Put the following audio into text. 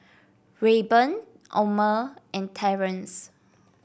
Rayburn Omer and Terence